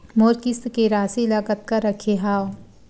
मोर किस्त के राशि ल कतका रखे हाव?